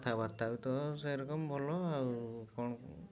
କଥାବାର୍ତ୍ତା ତ ସେ ରକମ ଭଲ ଆଉ କ'ଣ